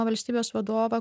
valstybės vadovą